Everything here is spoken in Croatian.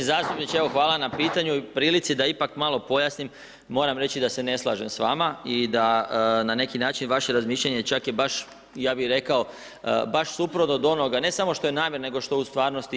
Uvaženi zastupniče, evo hvala na pitanju i ovoj prilici da ipak malo pojasnim, moram reći da se ne slažem s vama i da na neki način razmišljanje čak je baš ja bi rekao, baš suprotno od onoga ne samo što je namjera nego što u stvarnosti je.